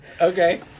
Okay